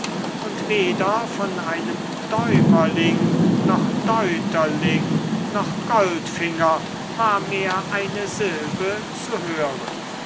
und weder von einem däumerling noch deuterling noch goldfinger war mehr eine silbe zu hören